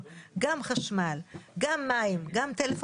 מי שמדבר